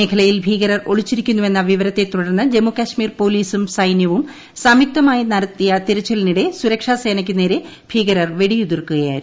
മേഖലയിൽ ഭീകരർ ഒളിച്ചിരിക്കുന്നുവെന്ന വിവരത്തെ തുടർന്ന് ജമ്മുകാശ്മീർ പോലീസും സൈന്യവും സ്ട്യുക്തമായി നടത്തിയ തിരച്ചിലിനിടെ സുരക്ഷാ സേനയ്ക്കുനേള് ഭൂീകരർ വെടിയുതിർക്കുകയായിരുന്നു